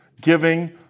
giving